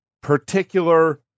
particular